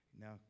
Now